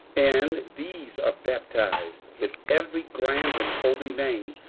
and these are baptized with every grand and holy name,